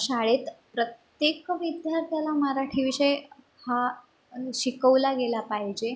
शाळेत प्रत्येक विद्यार्थ्याला मराठी विषय हा शिकवला गेला पाहिजे